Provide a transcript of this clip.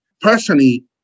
personally